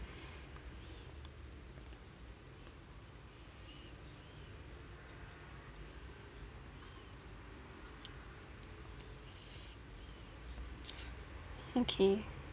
okay